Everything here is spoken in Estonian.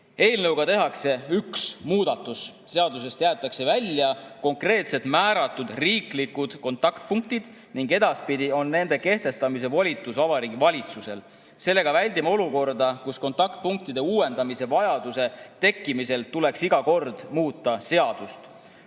Eelnõuga tehakse üks muudatus: seadusest jäetakse välja konkreetselt määratud riiklikud kontaktpunktid ning edaspidi on nende kehtestamise volitus Vabariigi Valitsusel. Sellega väldime olukorda, kus kontaktpunktide uuendamise vajaduse tekkimisel tuleks iga kord muuta seadust.